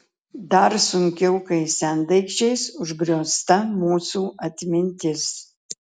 dar sunkiau kai sendaikčiais užgriozta mūsų atmintis